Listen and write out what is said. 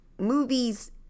movies